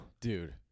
Dude